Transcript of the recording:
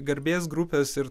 garbės grupės ir